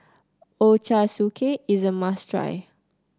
ochazuke is a must try